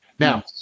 Now